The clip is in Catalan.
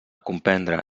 comprendre